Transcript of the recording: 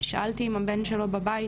שאלתי אם הבן שלו בבית,